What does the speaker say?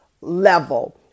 level